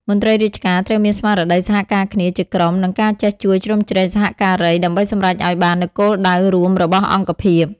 មន្ត្រីរាជការត្រូវមានស្មារតីសហការគ្នាជាក្រុម និងការចេះជួយជ្រោមជ្រែងសហការី ដើម្បីសម្រេចឱ្យបាននូវគោលដៅរួមរបស់អង្គភាព។